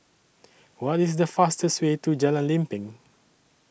What IS The fastest Way to Jalan Lempeng